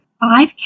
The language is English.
five